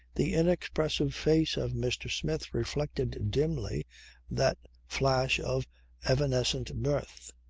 the inexpressive face of mr. smith reflected dimly that flash of evanescent mirth.